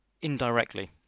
indirectly